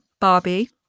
Barbie